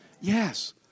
Yes